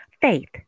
faith